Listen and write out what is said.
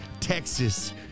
Texas